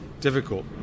difficult